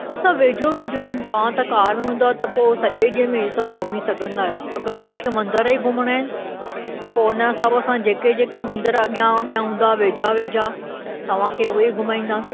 हू सभु वेझो वेझो आहिनि तव्हां त कार में हूंदव त पोइ सॼे ॾींहं में इहे सभु घुमी सघंदा आहियो अगरि तव्हांखे मंदर ई घुमणा आहिनि त पोइ उन हिसाब सां जेके जेके मंदर अॻियां अॻियां हूंदा वेझा वेझा तव्हांखे उहे ई घुमाईंदासीं